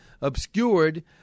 obscured